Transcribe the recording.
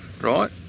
right